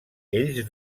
ells